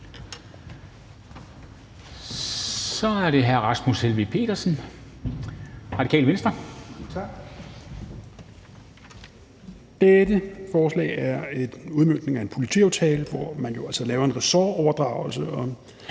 (Ordfører) Rasmus Helveg Petersen (RV): Dette forslag er en udmøntning af en politiaftale, hvor man altså laver en ressortoverdragelse om